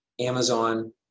Amazon